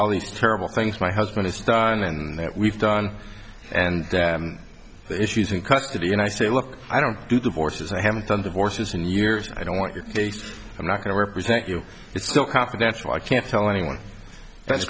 all these terrible things my husband has done and that we've done and the issues in custody and i say look i don't do divorces i have them divorces in years i don't want you i'm not going to represent you it's still confidential i can't tell anyone that's